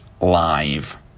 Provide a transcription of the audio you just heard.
live